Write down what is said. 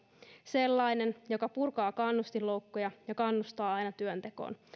sellainen joka purkaa kannustinloukkuja ja kannustaa aina työntekoon